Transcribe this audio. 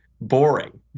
Boring